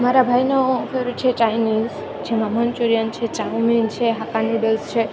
મારા ભાઇનો ફેવરેટ છે ચાઈનીઝ જેમાં મન્ચુરિયન છે ચાઉમિન છે હાકા નુડલ્સ છે